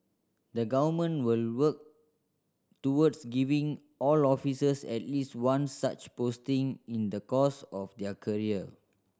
the Government will work towards giving all officers at least one such posting in the course of their career